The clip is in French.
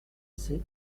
sept